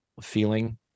feeling